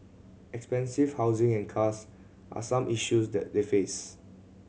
expensive housing and cars are some issues that they face